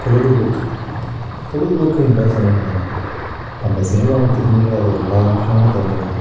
பொழுதுபோக்கு பொழுதுபோக்கு என்றால் சினிமா தான் நம்ம சினிமாவில் தெரிஞ்சுக்காத எல்லா விஷயங்களும் தெரிஞ்சுக்கலாம்